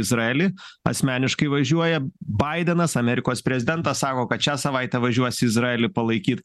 izraelį asmeniškai važiuoja baidenas amerikos prezidentas sako kad šią savaitę važiuos į izraelį palaikyt